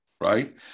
Right